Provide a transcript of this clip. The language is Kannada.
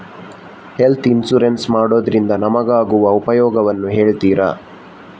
ಹೆಲ್ತ್ ಇನ್ಸೂರೆನ್ಸ್ ಮಾಡೋದ್ರಿಂದ ನಮಗಾಗುವ ಉಪಯೋಗವನ್ನು ಹೇಳ್ತೀರಾ?